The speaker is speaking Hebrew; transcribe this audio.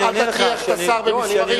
אל תטריח את השר במספרים.